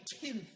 tenth